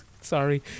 Sorry